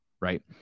right